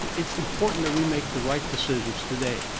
it's important that we make the right decisions today.